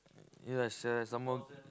ya sia some more